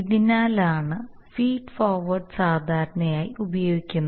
ഇതിനാലാണ് feedforward സാധാരണയായി ഉപയോഗിക്കുന്നത്